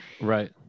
Right